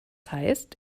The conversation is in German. heißt